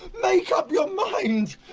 make up your mind!